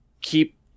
keep